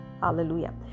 Hallelujah